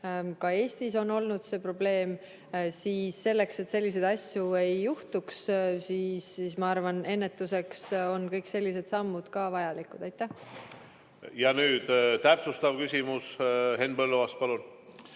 ka Eestis on olnud see probleem, siis selleks, et selliseid asju ei juhtuks, ma arvan, ennetuseks on kõik sellised sammud vajalikud. Nüüd täpsustav küsimus. Henn Põlluaas, palun!